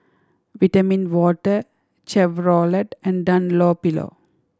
Vitamin Water Chevrolet and Dunlopillo